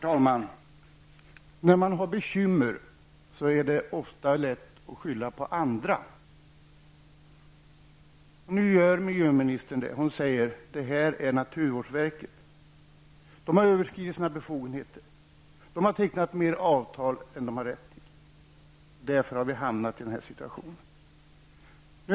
Herr talman! När man har bekymmer är det ofta lätt att skylla på andra. Nu gör miljöministern det när hon säger att detta är naturvårdsverkets fel. Det har överskridit sina befogenheter och tecknat mer avtal än vad man har rätt till, och därför har vi hamnat i den här situationen.